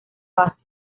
base